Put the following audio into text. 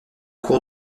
cour